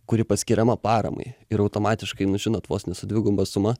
kuri paskiriama paramai ir automatiškai nu žinot vos ne su dviguba suma